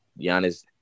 Giannis